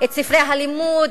את ספרי הלימוד,